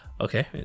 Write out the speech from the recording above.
Okay